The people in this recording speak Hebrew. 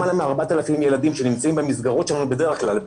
למעלה מ-4,000 ילדים שנמצאים במסגרות שלנו בדרך כלל,